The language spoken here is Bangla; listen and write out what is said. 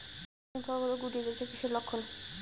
শিম ফল গুলো গুটিয়ে যাচ্ছে কিসের লক্ষন?